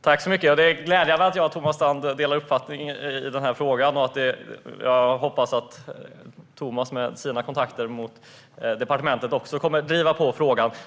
Fru talman! Det är glädjande att Thomas Strand och jag delar uppfattning i frågan. Jag hoppas att Thomas med sina kontakter med departementet också kommer att driva på frågan.